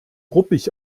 ruppig